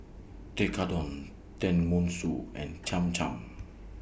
Tekkadon Tenmusu and Cham Cham